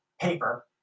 paper